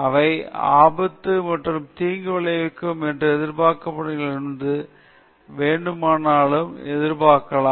ஆராய்ச்சி செயல்முறை பற்றி எந்த தகவல்களையும் அவர்கள் வெளிப்படுத்த வேண்டும் எங்கு வேண்டுமானாலும் அவை ஆபத்து அல்லது தீங்கு விளைவிக்கும் என்று எதிர்பார்க்கப்படும் இடங்களில் எங்கு வேண்டுமானாலும் எதிர்பார்க்கலாம்